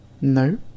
No